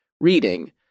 reading